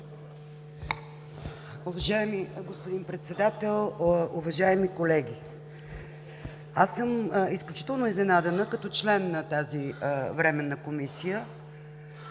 Уважаеми господин Председател, уважаеми колеги! Аз съм изключително изненадана, като член на Временната комисия,